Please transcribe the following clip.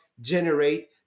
generate